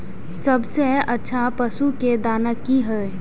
सबसे अच्छा पशु के दाना की हय?